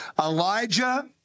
Elijah